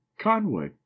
conway